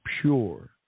pure